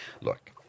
Look